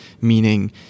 meaning